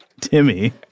Timmy